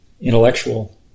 intellectual